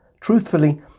truthfully